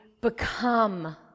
become